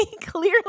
clearly